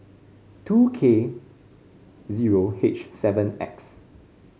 two K zero H seven X